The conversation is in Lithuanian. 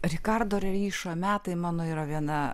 rikardo reišo metai mano yra viena